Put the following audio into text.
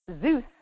Zeus